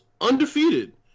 undefeated